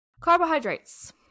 Carbohydrates